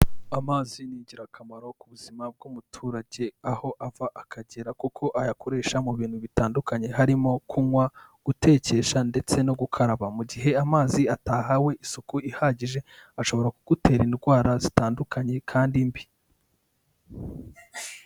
Amazi ni ingirakamaro ku buzima bw'umuturage aho ava akagera, kuko ayakoresha mu bintu bitandukanye, harimo kunywa, gutekesha ndetse no gukaraba, mu gihe amazi atahawe isuku ihagije ashobora kugutera indwara zitandukanye kandi mbi.